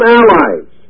allies